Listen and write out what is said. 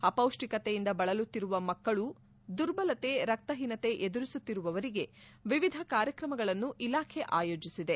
ಅಪೌಷ್ಷಿಕತೆಯಿಂದ ಬಳಲುತ್ತಿರುವ ಮಕ್ಕಳು ದುರ್ಬಲತೆ ರಕ್ತಹೀನತೆ ಎದುರಿಸುತ್ತಿರುವವರಿಗೆ ವಿವಿಧ ಕಾರ್ಯಕ್ರಮಗಳನ್ನು ಇಲಾಖೆ ಆಯೋಜಿಸಿದೆ